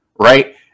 right